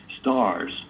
stars